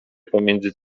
pomiędzy